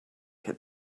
had